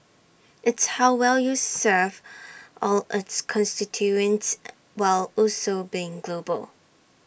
it's how well you serve all its constituents while also being global